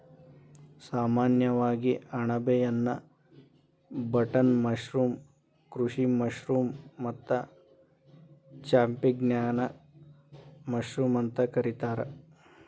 ಸಾಮಾನ್ಯವಾಗಿ ಅಣಬೆಯನ್ನಾ button mushroom, ಕೃಷಿ ಮಶ್ರೂಮ್ ಮತ್ತ ಚಾಂಪಿಗ್ನಾನ್ ಮಶ್ರೂಮ್ ಅಂತ ಕರಿತಾರ